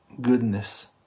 goodness